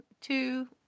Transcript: two